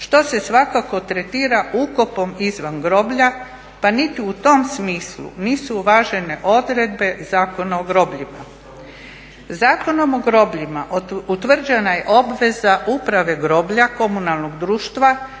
što se svakako tretira ukopom izvan groblja pa niti u tom smislu nisu uvažene odredbe Zakona o grobljima. Zakonom o grobljima utvrđena je obveza uprave groblja komunalnog društva